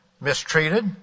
mistreated